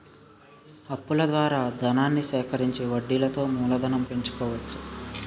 అప్పుల ద్వారా ధనాన్ని సేకరించి వడ్డీలతో మూలధనం పెంచుకోవచ్చు